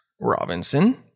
Robinson